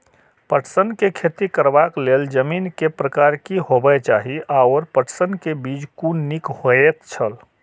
पटसन के खेती करबाक लेल जमीन के प्रकार की होबेय चाही आओर पटसन के बीज कुन निक होऐत छल?